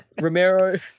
Romero